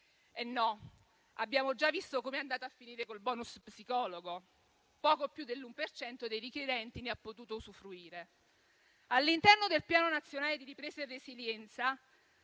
No. Abbiamo già visto come è andata a finire col bonus psicologo: poco più dell'1 per cento dei richiedenti ne ha potuto usufruire. All'interno del Piano nazionale di ripresa e resilienza,